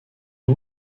est